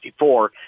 1964